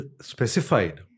specified